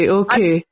okay